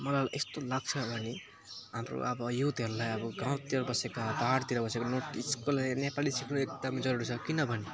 मलाई यस्तो लाग्छ होला नि हाम्रो अब युथहरूलाई अब गाउँतिर बसेका पाहाडतिर बसेका नर्थइस्टकोलाई नेपाली सिक्नु एकदमै जरुरी छ किनभने